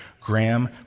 Graham